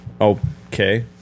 Okay